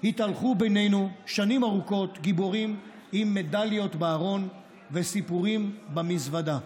התהלכו בינינו שנים ארוכות גיבורים עם מדליות בארון וסיפורים במזוודה.